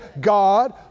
God